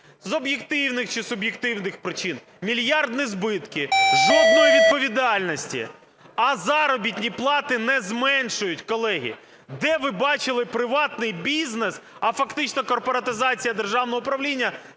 з об'єктивних чи суб'єктивних причин. Мільярдні збитки – жодної відповідальності. А заробітні плати не зменшують, колеги. Де ви бачили приватний бізнес, а фактично корпоратизація державного управління,